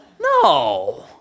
No